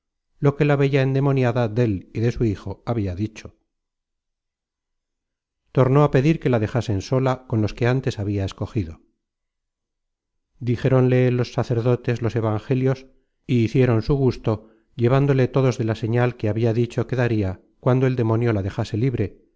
lo que la bella endemoniada dél y de su hijo habia dicho tornó á pedir que la dejasen sola con los que antes habia escogido dijeronle los sacerdotes los evangelios y hicieron su gusto llevándole todos de la señal que habia dicho que daria cuando el demonio la dejase libre